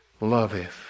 loveth